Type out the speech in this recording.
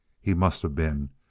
he must of been!